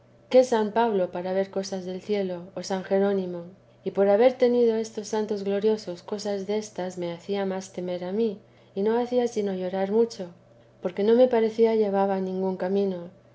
qué san pablo para ver cosas del cielo o san jerónimo y por haber tenido estos santos gloriosos cosas destas me hacía más temor a mí y no hacía sino llorar mucho porque no me parecía llevaba r ingún camino